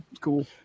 cool